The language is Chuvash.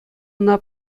ӑна